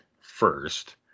first